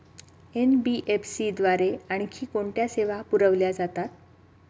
NBFC द्वारे आणखी कोणत्या सेवा पुरविल्या जातात?